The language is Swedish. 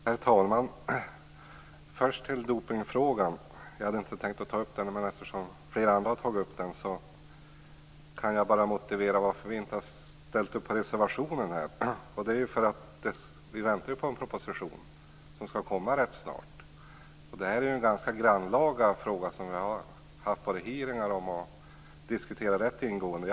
Herr talman! Jag går först till dopningsfrågan. Jag hade inte tänkt att ta upp den, men eftersom flera andra har tagit upp den vill jag motivera varför vi inte har ställt upp på reservationen. Det beror på att vi väntar på en proposition, som skall komma rätt snart. Det är en ganska grannlaga fråga som vi har haft hearingar om och diskuterat rätt ingående.